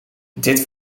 dit